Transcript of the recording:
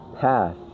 Path